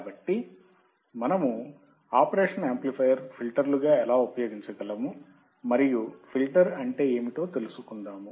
కాబట్టి మనము operational amplifier ఫిల్టర్లుగా ఎలా ఉపయోగించగలము మరియు ఫిల్టర్ అంటే ఏమిటో తెలుసుకుందాము